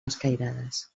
escairades